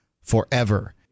forever